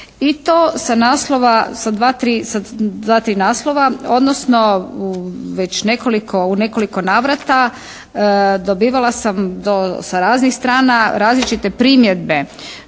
i to sa naslova, sa dva, tri naslova odnosno u već nekoliko, u nekoliko navrata dobivala sam sa raznih strana različite primjedbe